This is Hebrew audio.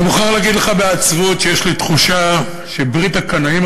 אני מוכרח להגיד לך בעצבות שיש לי תחושה שברית הקנאים,